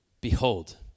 Behold